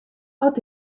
oft